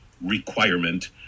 requirement